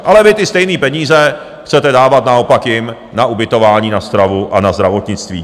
Ale vy ty stejné peníze chcete dávat naopak jim na ubytování, na stravu a na zdravotnictví.